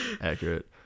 Accurate